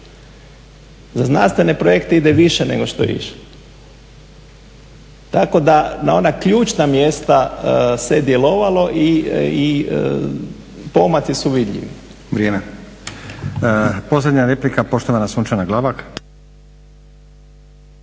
Za znanstvene projekte ide više nego što je išlo. Tako da na ona ključna mjesta se djelovalo i pomaci su vidljivi. **Stazić, Nenad (SDP)** Vrijeme. Posljednja replika poštovana Sunčana Glavak.